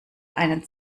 einen